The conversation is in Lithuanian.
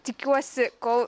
tikiuosi kol